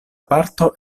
parto